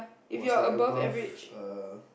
was like above err